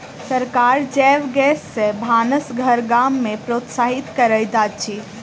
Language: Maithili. सरकार जैव गैस सॅ भानस घर गाम में प्रोत्साहित करैत अछि